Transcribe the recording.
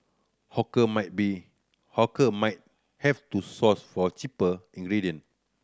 hawker might be hawker might have to source for cheaper ingredient